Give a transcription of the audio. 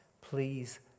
Please